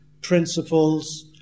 principles